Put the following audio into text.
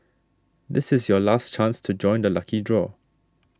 this is your last chance to join the lucky draw